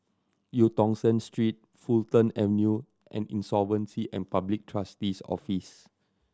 Eu Tong Sen Street Fulton Avenue and Insolvency and Public Trustee's Office